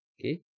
okay